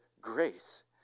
grace